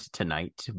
tonight